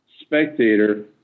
spectator